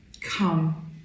come